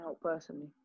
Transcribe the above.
personally